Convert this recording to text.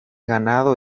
ganado